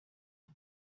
her